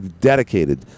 dedicated